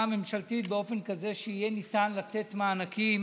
הממשלתית באופן כזה שיהיה ניתן לתת מענקים